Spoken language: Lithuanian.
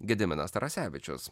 gediminas tarasevičius